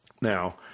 Now